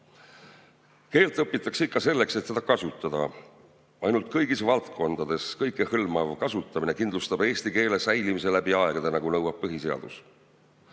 Keelt õpitakse ikka selleks, et seda kasutada. Ainult kõigis valdkondades kõikehõlmav kasutamine kindlustab eesti keele säilimise läbi aegade, nagu nõuab põhiseadus.